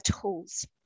tools